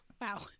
Wow